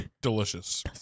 delicious